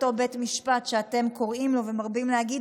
אותו בית משפט שאתם קוראים לו ומרבים להגיד